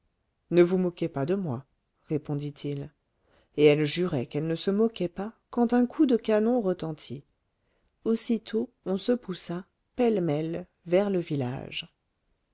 ne vous moquez pas de moi répondit-il et elle jurait qu'elle ne se moquait pas quand un coup de canon retentit aussitôt on se poussa pêle-mêle vers le village